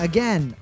Again